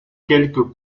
quelques